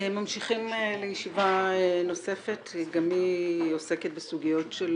אנחנו ממשיכים לישיבה נוספת שגם היא עוסקת בסוגיות של